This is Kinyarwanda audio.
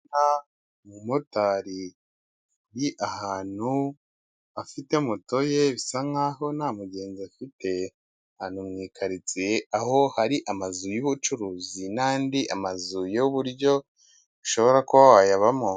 Umumotari ari ahantu afite moto ye bisa nkaho nta mugenzi afite ari mwikaritsiye aho hari amazu y'ubucuruzi n'andi amazu yuburyo ushobora kuba wayabamo.